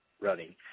running